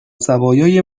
زوایای